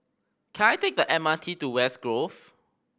can I take the M R T to West Grove